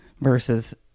versus